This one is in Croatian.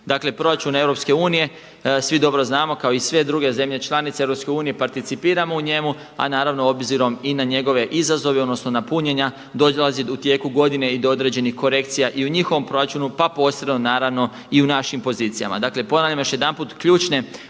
Dakle proračun EU svi dobro znamo kao i sve druge zemlje članice EU participiramo u njemu a naravno obzirom i na njegove izazove odnosno na punjenja dolazi u tijeku godinu do određeni korekcija i u njihovom proračunu pa posredno naravno i u našim pozicijama. Dakle ponavljam još jedanput ključne